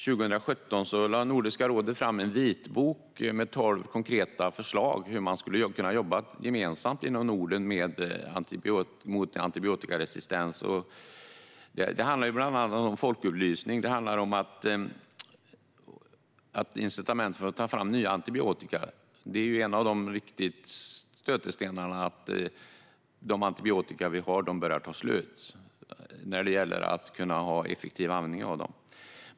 Nordiska rådet lade 2017 fram en vitbok med tolv konkreta förslag till hur man skulle kunna jobba gemensamt inom Norden mot antibiotikaresistens. Det handlar bland annat om folkupplysning och om incitament för att ta fram nya antibiotika. En av de riktiga stötestenarna är att de antibiotika vi har börjar ta slut och snart inte kan användas effektivt.